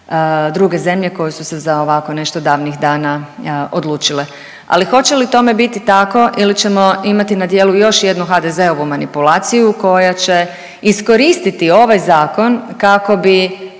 druge zemlje koje su se za ovako nešto davnih dana odlučile. Ali hoće li tome biti tako ili ćemo imati na djelu još jednu HDZ-ovu manipulaciju koja će iskoristiti ovaj Zakon kako bi